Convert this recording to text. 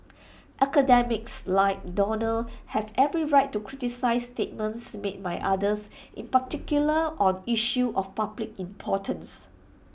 academics like Donald have every right to criticise statements made by others in particular on issues of public importance